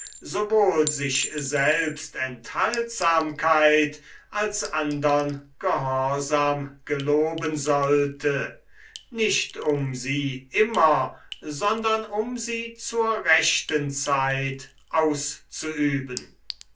sich selbst enthaltsamkeit als andern gehorsam geloben sollte nicht um sie immer sondern um sie zur rechten zeit auszuüben